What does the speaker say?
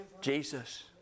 Jesus